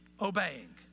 obeying